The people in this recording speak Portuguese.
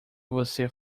você